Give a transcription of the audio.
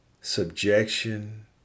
Subjection